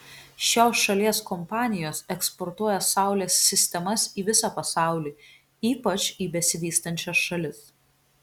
šios šalies kompanijos eksportuoja saulės sistemas į visą pasaulį ypač į besivystančias šalis